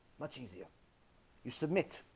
much easier you submit